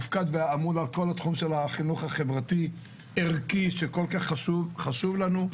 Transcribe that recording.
אמון על כל התחום של החינוך החברתי ערכי שחשוב כל כך לנו.